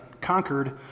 conquered